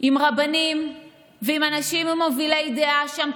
עם רבנים ועם אנשים מובילי דעה שם,